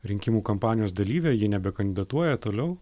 rinkimų kampanijos dalyvė ji nebekandidatuoja toliau